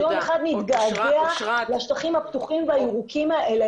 אנחנו יום אחד נתגעגע לשטחים הפתוחים והירוקים האלה,